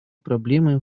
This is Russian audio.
проблемы